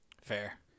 Fair